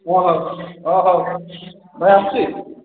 ହଁ ହଉ ହଁ ହଉ ଭାଇ ଆସୁଛି